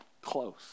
close